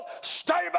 stable